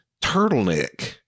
turtleneck